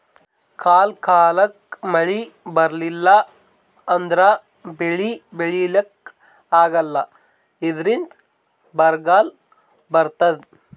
ಕಾಲ್ ಕಾಲಕ್ಕ್ ಮಳಿ ಬರ್ಲಿಲ್ಲ ಅಂದ್ರ ಬೆಳಿ ಬೆಳಿಲಿಕ್ಕ್ ಆಗಲ್ಲ ಇದ್ರಿಂದ್ ಬರ್ಗಾಲ್ ಬರ್ತದ್